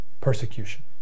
persecution